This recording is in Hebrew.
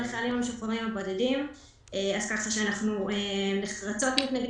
אפשר לצאת מפה